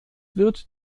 wird